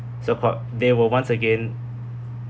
so-called they will once again